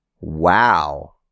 Wow